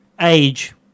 Age